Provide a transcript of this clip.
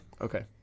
okay